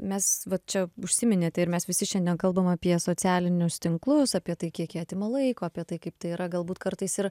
mes vat čia užsiminėte ir mes visi šiandien kalbam apie socialinius tinklus apie tai kiek jie atima laiko pie tai kaip tai yra galbūt kartais ir